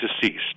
deceased